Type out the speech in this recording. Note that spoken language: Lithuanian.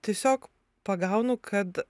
tiesiog pagaunu kad